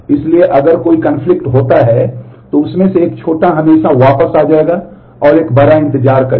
इसलिए अगर कोई कनफ्लिक्ट होता है तो उस में से एक छोटा हमेशा वापस आ जाएगा और एक बड़ा इंतजार करेगा